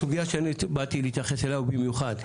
הסוגייה שאני באתי להתייחס אליה במיוחד,